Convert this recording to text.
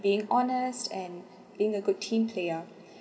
being honest and being a good team player